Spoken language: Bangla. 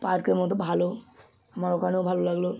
পার্কের মতো ভালো আমার ওখানেও ভালো লাগল